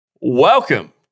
Welcome